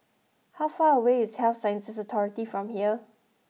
how far away is Health Sciences Authority from here